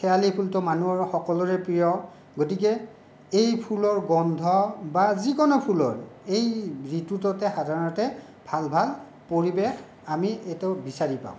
শেৱালি ফুলটো মানুহৰ সকলোৰে প্ৰিয় গতিকে এই ফুলৰ গোন্ধ বা যিকোনো ফুলৰ এই ঋতুটোতে সাধাৰণতে ভাল ভাল পৰিৱেশ আমি এইটো বিচাৰি পাওঁ